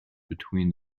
between